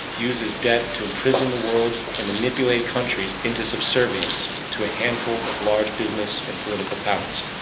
uses debt to imprison the world and manipulate countries into subservience to a handful of large business and political powers.